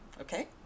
okay